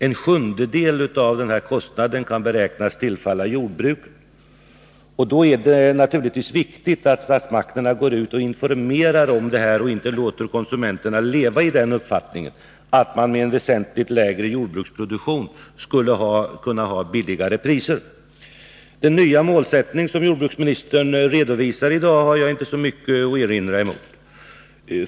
En sjundedel av den här kostnaden kan beräknas tillfalla jordbruket. Då är det naturligtvis viktigt att statsmakterna går ut och informerar om detta och inte låter konsumenterna leva i den uppfattningen, att man med en väsentligt lägre jordbruksproduktion skulle kunna ha lägre priser. Den nya målsättning som jordbruksministern redovisar i dag har jag inte så mycket att erinra emot.